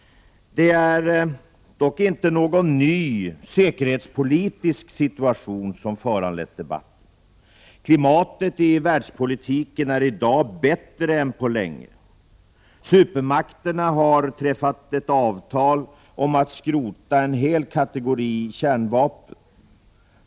Det är dock inte någon ny säkerhetspolitisk situation som föranlett debatten. Klimatet i världspolitiken är i dag bättre än på länge. Supermakterna har träffat ett avtal om att skrota en hel kategori kärnvapen.